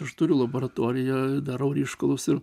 aš turiu laboratoriją darau ryškalus ir